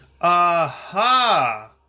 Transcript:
Aha